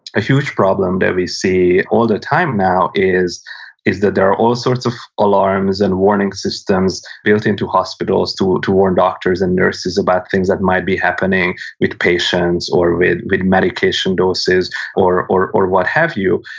a huge problem that we see all the time now is is that there're all sorts of alarms and warning systems built into hospitals to to warn doctors and nurses about things that might be happening with patients or with with medication doses or or what have you.